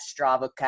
Strava